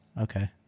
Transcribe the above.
Okay